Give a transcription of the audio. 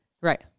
Right